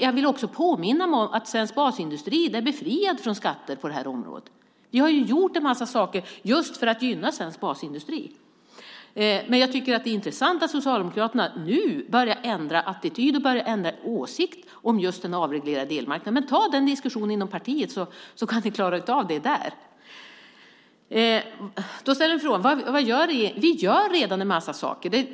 Jag vill också påminna om att svensk basindustri är befriad från skatter på detta område. Vi har gjort en massa saker för att gynna just svensk basindustri. Det är intressant att Socialdemokraterna nu börjar ändra attityd och åsikt om den avreglerade elmarknaden. Ta den diskussionen inom partiet och klara av den där! Vad gör regeringen? Vi gör en massa saker.